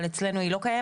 אבל אצלנו היא לא קיימת?